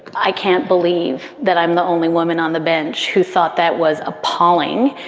i can't believe that i'm the only woman on the bench who thought that was appalling.